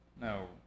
No